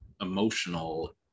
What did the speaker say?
emotional